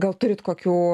gal turit kokių